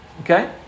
Okay